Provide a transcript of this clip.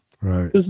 Right